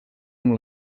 amb